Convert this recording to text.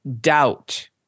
doubt